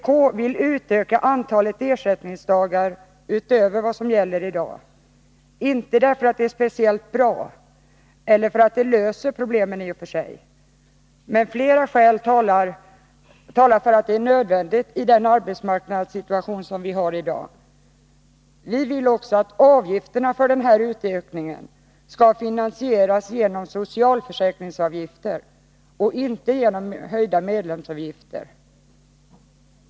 Vpk vill utöka antalet ersättningsdagar utöver vad som gäller i dag, inte därför att det är speciellt bra eller för att det löser problemet i och för sig, men flera skäl talar för att detta är nödvändigt i den arbetsmarknadssituation vi i dag befinner oss i. Vi vill att denna utökning skall finansieras genom socialförsäkringsavgifter och inte genom höjda medlemsavgifter.